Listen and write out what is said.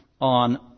on